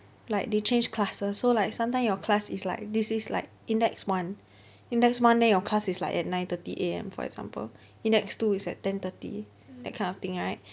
like they change classes so like sometimes your class is like this is like index one index one then your class is like at nine thirty A_M for example index two is at ten thirty that kind of thing right